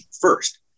first